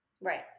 Right